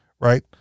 right